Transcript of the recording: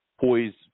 poised